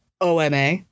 OMA